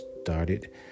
started